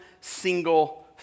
single